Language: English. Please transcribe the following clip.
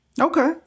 Okay